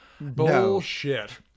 bullshit